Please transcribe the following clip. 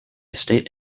state